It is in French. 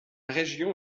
région